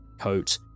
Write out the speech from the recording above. coat